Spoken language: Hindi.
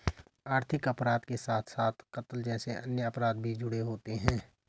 आर्थिक अपराध के साथ साथ कत्ल जैसे अन्य अपराध भी जुड़े होते हैं